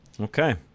Okay